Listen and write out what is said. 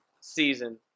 season